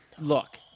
look